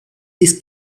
this